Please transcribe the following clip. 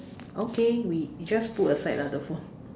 okay we just put aside lah the phone